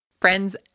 Friends